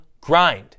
grind